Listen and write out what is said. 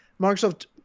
Microsoft